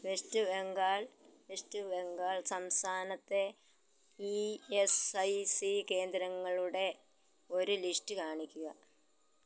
west Bengal west Bengal സംസ്ഥാനത്തെ E S I C കേന്ദ്രങ്ങളുടെ ഒരു ലിസ്റ്റ് കാണിക്കുക